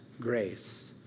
grace